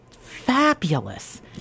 fabulous